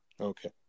Okay